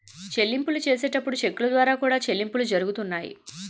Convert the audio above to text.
చెల్లింపులు చేసేటప్పుడు చెక్కుల ద్వారా కూడా చెల్లింపులు జరుగుతున్నాయి